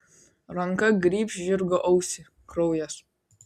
ranka grybšt žirgo ausį kraujas